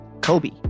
Kobe